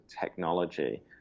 technology